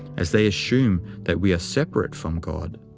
as they assume that we are separate from god.